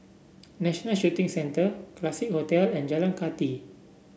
National Shooting Centre Classique Hotel and Jalan Kathi